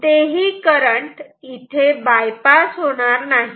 कोणतेही करंट इथे बायपास होणार नाही